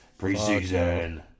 preseason